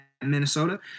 Minnesota